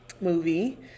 movie